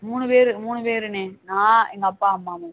மூணு பேர் மூணு பேருண்ணே நான் எங்கள் அப்பா அம்மா மூணு பேர்